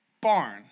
barn